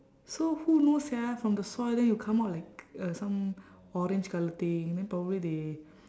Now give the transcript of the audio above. so who knows sia from the soil then you come out like uh some orange colour thing then probably they